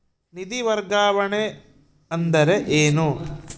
ನಿಧಿ ವರ್ಗಾವಣೆ ಅಂದರೆ ಏನು?